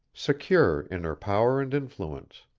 secure in her power and influence.